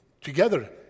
together